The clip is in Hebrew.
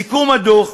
מסיכום הדוח,